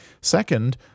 Second